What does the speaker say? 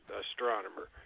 astronomer